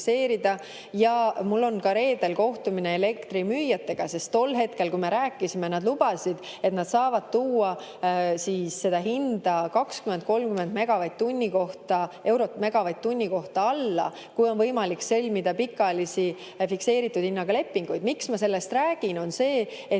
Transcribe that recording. Ja mul on reedel kohtumine elektrimüüjatega, sest tol hetkel, kui me rääkisime, nad lubasid, et nad saavad tuua seda hinda 20–30 eurot megavatt-tunni kohta alla, kui on võimalik sõlmida pikaajalisi fikseeritud hinnaga lepinguid. Miks ma sellest räägin, on see, et